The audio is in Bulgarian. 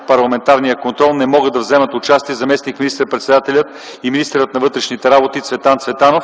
парламентарния контрол не могат да вземат участие заместник министър-председателят и министър на вътрешните работи Цветан Цветанов